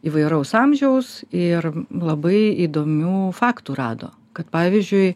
įvairaus amžiaus ir labai įdomių faktų rado kad pavyzdžiui